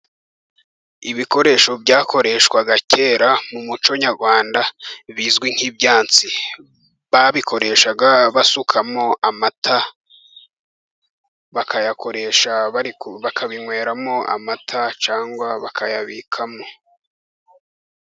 Ibikoresho byakoreshwaga kera mu muco nyarwanda, bizwi nk'ibyansi. Babikoreshaga basukamo amata, bakabinyweramo amata, cyangwa bakayabikamo.